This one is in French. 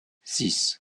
six